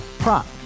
Prop